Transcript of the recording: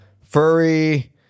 furry